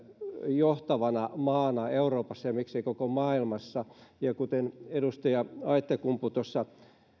johtavana maana euroopassa ja miksei koko maailmassa kuten edustaja aittakumpu tuossa